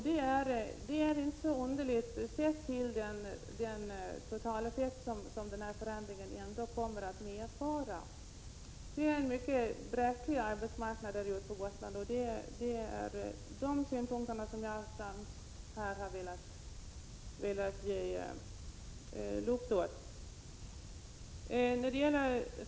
Det är inte underligt med tanke på den totaleffekt som denna förändring kommer att medföra, och Gotland har ju en mycket bräcklig arbetsmarknad. Det är främst dessa synpunkter som jag har velat få fram i detta sammanhang.